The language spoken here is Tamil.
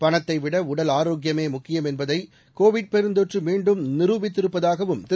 பணத்தைவிட உடல் ஆரோக்கியமே முக்கியம் என்பதை கோவிட் பெருந்தொற்று மீண்டும் நிரூபித்திருப்பதாகவும் திரு